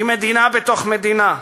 היא מדינה בתוך מדינה.